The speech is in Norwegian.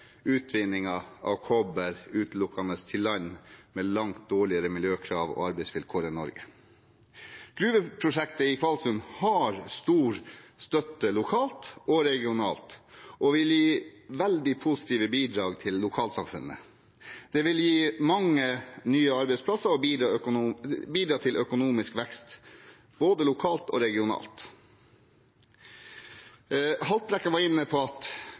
utvinningen av kobber utelukkende til land med langt dårligere miljøkrav og arbeidsvilkår enn Norge. Gruveprosjektet i Kvalsund har stor støtte lokalt og regionalt og vil gi veldig positive bidrag til lokalsamfunnene. Det vil gi mange nye arbeidsplasser og bidra til økonomisk vekst både lokalt og regionalt. Representanten Haltbrekken var inne på at